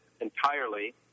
entirely